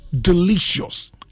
Delicious